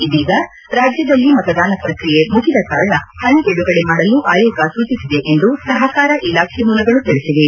ಇದೀಗ ರಾಜ್ಯದಲ್ಲಿ ಮತದಾನ ಪ್ರಕ್ರಿಯೆ ಮುಗಿದ ಕಾರಣ ಹಣ ಬಿಡುಗಡೆ ಮಾಡಲು ಆಯೋಗ ಸೂಚಿಸಿದೆ ಎಂದು ಸಹಕಾರ ಇಲಾಖೆ ಮೂಲಗಳು ತಿಳಿಸಿವೆ